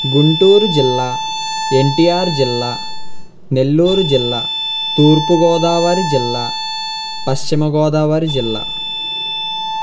గుంటూరు జిల్లా ఎన్టీఆర్ జిల్లా నెల్లూరు జిల్లా తూర్పు గోదావరి జిల్లా పశ్చిమ గోదావరి జిల్లా